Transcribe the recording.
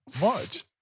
March